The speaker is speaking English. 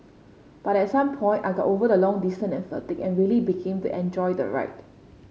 but at some point I got over the long distance and fatigue and really began to enjoy the ride